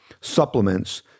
supplements